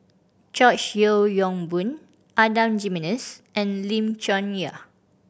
George Yeo Yong Boon Adan Jimenez and Lim Chong Yah